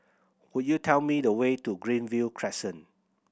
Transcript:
could you tell me the way to Greenview Crescent